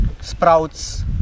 sprouts